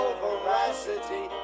veracity